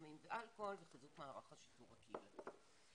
סמים ואלכוהול וחיזוק מערך השיטור הקהילתי.